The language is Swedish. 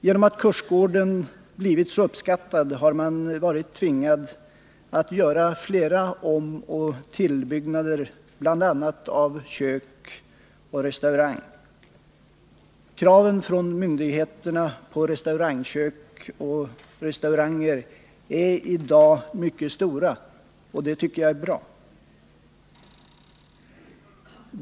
Genom att kursgården blivit så uppskattad har man varit tvungen att göra flera omoch tillbyggnader av bl.a. kök och restaurang. Kraven från myndigheter på restaurangkök och restauranger är i dag mycket stora, vilket jag tycker är bra.